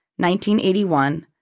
1981